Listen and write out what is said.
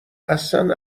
اصن